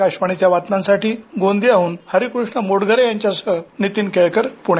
आकाशवाणीच्या बातम्यांसाठी गोंदियाहून हरिकृष्ण मोटघरे यांच्या सह नीतीन केळकर पुणे